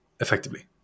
effectively